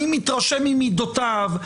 אני מתרשים ממידותיו,